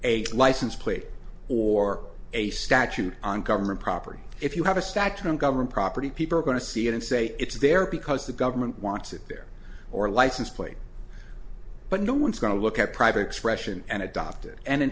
a license plate or a statute on government property if you have a statue on government property people are going to see it and say it's there because the government wants it there or license plate but no one's going to look at private expression and adopted and in